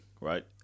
Right